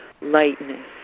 lightness